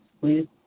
please